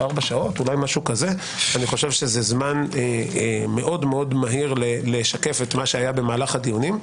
4 שעות זה זמן מאוד-מאוד מהיר לשקף מה שהיה במהלך הדיונים.